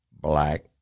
black